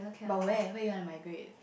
but where where you want to migrate